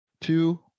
two